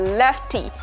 lefty